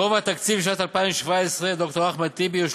גובה התקציב לשנת 2017, ד"ר אחמד טיבי, הוא